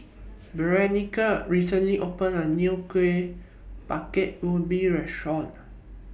Berenice recently opened A New Kueh Bingka Ubi Restaurant